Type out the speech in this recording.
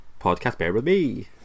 podcastbearwithme